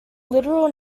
literal